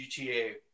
GTA